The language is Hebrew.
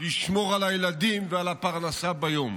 לשמור על הילדים ועל הפרנסה ביום,